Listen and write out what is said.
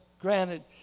granted